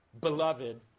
beloved